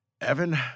Evan